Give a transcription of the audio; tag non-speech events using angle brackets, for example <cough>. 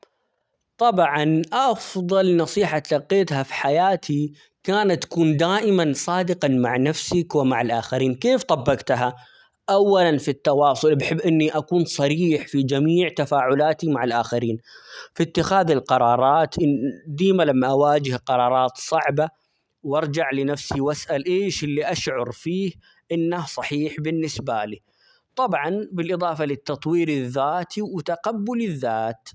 طبعًا أفضل نصيحة تلقيتها في حياتي كانت كن دائما صادقًا مع نفسك ومع الآخرين ، كيف طبقتها؟ أولًا في التواصل بحب إني أكون صريح في جميع تفاعلاتي مع الآخرين، في اتخاذ القرارات <hesitation> ديما لما أواجه قرارات صعبة، وأرجع لنفسي واسأل ايش اللي أشعر فيه إنه صحيح بالنسبة لي ،طبعًا بالإضافة للتطوير الذاتي ،وتقبل الذات.